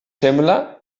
sembla